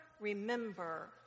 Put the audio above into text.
remember